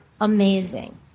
amazing